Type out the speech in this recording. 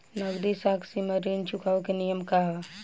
नगदी साख सीमा ऋण चुकावे के नियम का ह?